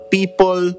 People